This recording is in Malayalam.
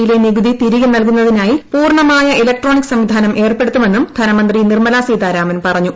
യിലെ നികുതിതിരികെ നൽകുന്നതിനായി പൂർണമായഇലക്ട്രോണിക്സംവിധാനു ഏർപ്പെടുത്തുമെന്നും ധനമന്ത്രി നിർമ്മലാ സീതാരാമൻ പറഞ്ഞു